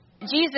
Jesus